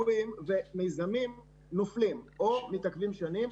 ובינתיים מיזמים נופלים או מתעכבים שנים.